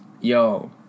Yo